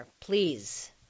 Please